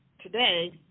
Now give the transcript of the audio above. today